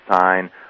sign